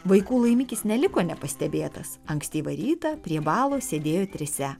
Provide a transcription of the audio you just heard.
vaikų laimikis neliko nepastebėtas ankstyvą rytą prie balos sėdėjo trise